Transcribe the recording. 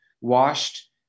washed